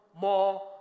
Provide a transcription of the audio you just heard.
more